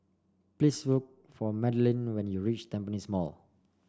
please look for Madalynn when you reach Tampines Mall